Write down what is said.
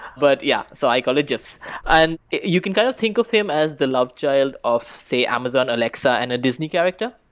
but yeah, so i call it gifs. and you can kind of think of him as the lovechild of, say, amazon alexa and a disney character.